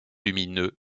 lumineux